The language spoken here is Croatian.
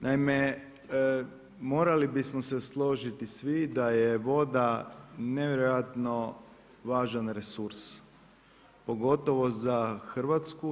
Naime, morali bismo se složiti svi da je voda nevjerojatno važan resurs pogotovo za Hrvatska.